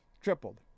tripled